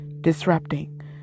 Disrupting